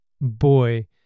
boy